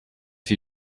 few